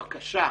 הבקשה,